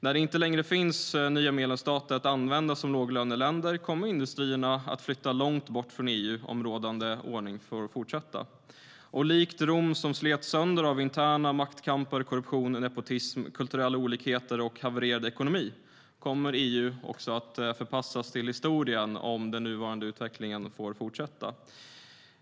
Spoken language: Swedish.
När det inte finns nya medlemsstater att använda som låglöneländer kommer industrierna att flytta långt bort från EU om den rådande ordningen får fortsätta. Likt Rom, som slets sönder av interna maktkamper, korruption, nepotism, kulturella olikheter och havererad ekonomi, kommer också EU att förpassas till historien om den nuvarande utvecklingen får fortsätta.